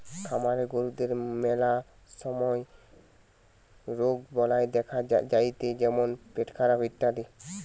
খামারের গরুদের ম্যালা সময় রোগবালাই দেখা যাতিছে যেমন পেটখারাপ ইত্যাদি